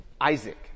Isaac